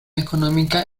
económica